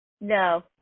No